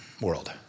world